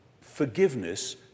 forgiveness